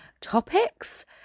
topics